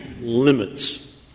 limits